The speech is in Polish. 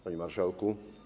Panie Marszałku!